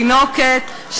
תינוקת,